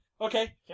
Okay